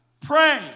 pray